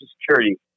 security